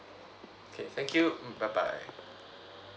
okay thank you mm bye bye